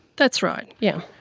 that's right, yes.